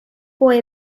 boy